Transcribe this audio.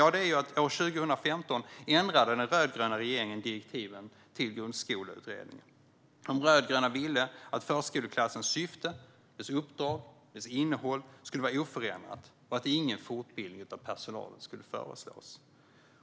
Ja, det är att den rödgröna regeringen år 2015 ändrade direktiven till Grundskoleutredningen. De rödgröna ville att förskoleklassens syfte, uppdrag och innehåll skulle vara oförändrat och att ingen fortbildning av personal skulle föreslås.